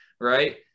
right